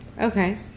Okay